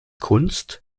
kunst